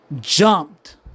jumped